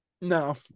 No